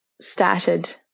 started